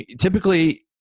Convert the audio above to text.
typically